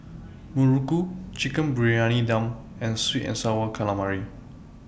Muruku Chicken Briyani Dum and Sweet and Sour Calamari